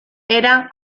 era